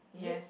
yes